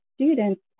students